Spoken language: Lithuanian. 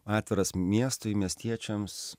atviras miestui miestiečiams